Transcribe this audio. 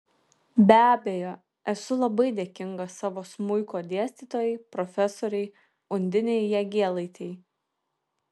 be abejo esu labai dėkinga savo smuiko dėstytojai profesorei undinei jagėlaitei